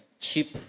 cheap